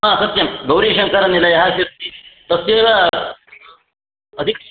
हा सत्यं गौरीशङ्करनिलयः इति तस्यैव अधिकं